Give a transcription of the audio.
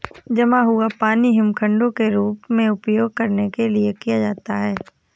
जमा हुआ पानी हिमखंडों के रूप में उपयोग करने के लिए किया जाता है